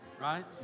right